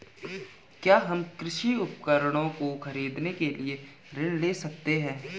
क्या हम कृषि उपकरणों को खरीदने के लिए ऋण ले सकते हैं?